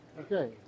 okay